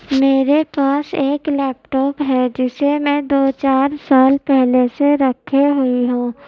میرے پاس ایک لیپ ٹاپ ہے جسے میں دو چار سال پہلے سے رکھے ہوئی ہوں